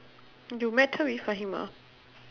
you met her with fahima